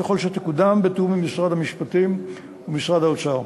ככל שתקודם בתיאום עם משרד המשפטים ומשרד האוצר.